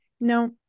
no